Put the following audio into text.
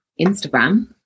instagram